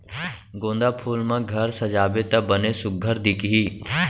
गोंदा फूल म घर सजाबे त बने सुग्घर दिखही